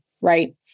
right